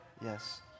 Yes